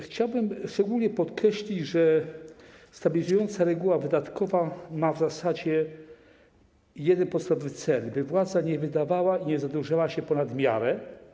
Chciałbym szczególnie podkreślić, że stabilizująca reguła wydatkowa ma w zasadzie jeden podstawowy cel: by władza nie wydawała i nie zadłużała się ponad miarę.